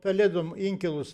pelėdom inkilus